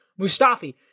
Mustafi